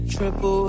Triple